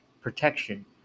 Protection